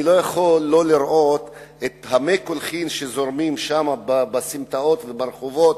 אני לא יכול לא לראות את מי הקולחין שזורמים שם בסמטאות וברחובות,